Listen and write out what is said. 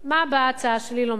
מה באה ההצעה שלי לומר?